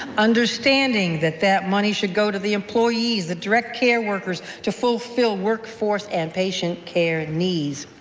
understanding that that money should go to the employees, the direct care workers, to fulfill workforce and patient care needs.